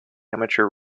amateur